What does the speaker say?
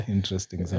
Interesting